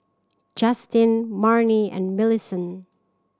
Justen Marnie and Millicent